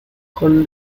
con